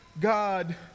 God